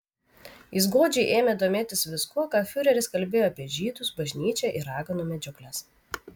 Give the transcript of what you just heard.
jis godžiai ėmė domėtis viskuo ką fiureris kalbėjo apie žydus bažnyčią ir raganų medžiokles